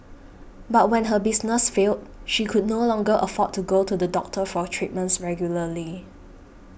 but when her business failed she could no longer afford to go to the doctor for treatments regularly